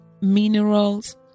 minerals